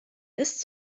ist